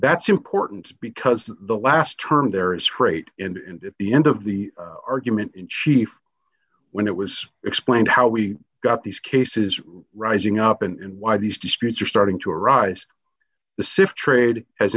that's important because the last term there is straight and into the end of the argument in chief when it was explained how we got these cases rising up and why these disputes are starting to arise the sift trade has